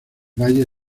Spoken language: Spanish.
valle